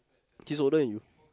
he's older than you